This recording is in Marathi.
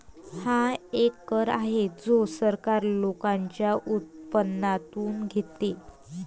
हा एक कर आहे जो सरकार लोकांच्या उत्पन्नातून घेते